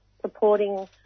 supporting